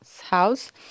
house